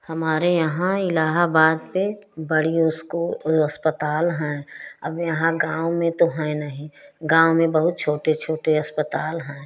हमारे यहाँ इलाहाबाद पर बड़ी उसको अस्पताल है अब यहाँ गाँव में तो हैं नहीं गाँव में बहुत छोटे छोटे अस्पताल हैं